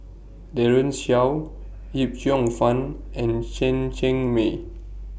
Daren Shiau Yip Cheong Fun and Chen Cheng Mei